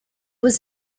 was